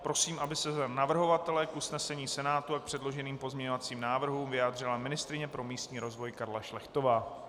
Prosím, aby se za navrhovatele k usnesení Senátu a k předloženým pozměňovacím návrhům vyjádřila ministryně pro místní rozvoj Karla Šlechtová.